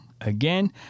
Again